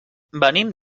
venim